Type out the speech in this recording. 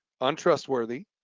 Untrustworthy